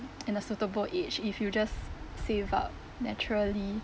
in a suitable age if you just save up naturally